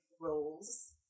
roles